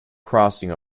crossing